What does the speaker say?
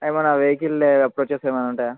ఏమైనా వెహికల్ ఏమైనా ఉంటాయా